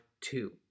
two